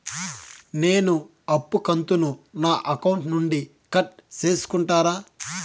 నేను అప్పు కంతును నా అకౌంట్ నుండి కట్ సేసుకుంటారా?